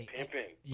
Pimping